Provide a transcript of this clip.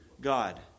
God